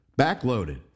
backloaded